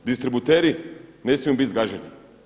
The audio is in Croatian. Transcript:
Distributeri ne smiju bit zgaženi.